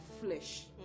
flesh